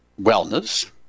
wellness